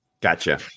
Gotcha